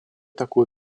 такую